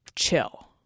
chill